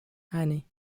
anne